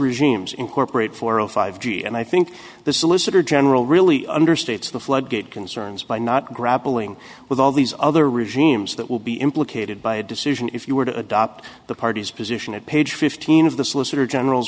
regimes incorporate four or five g and i think the solicitor general really understates the floodgate concerns by not grappling with all these other regimes that will be implicated by a decision if you were to adopt the party's position at page fifteen of the solicitor general